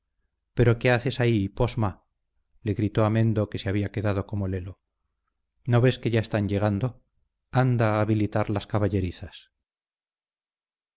pero qué haces ahí posma le gritó a mendo que se había quedado como lelo no ves que ya están llegando anda a habilitar las caballerizas